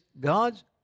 God's